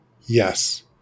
Yes